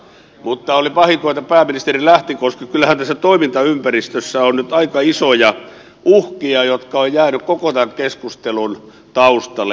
mutta oli vahinko että pääministeri lähti koska kyllähän tässä toimintaympäristössä on nyt aika isoja uhkia jotka ovat jääneet koko tämän keskustelun taustalle